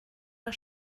der